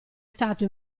stato